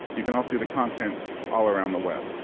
you can all see the content all around the web.